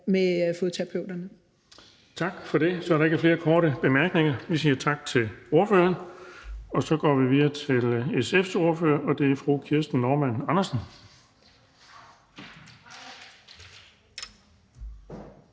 Bonnesen): Tak for det. Så er der ikke flere korte bemærkninger. Vi siger tak til ordføreren. Så går vi videre til Venstres ordfører, og det er fru Jane Heitmann. Værsgo.